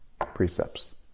precepts